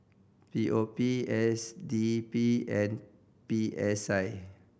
P O P S D P and P S I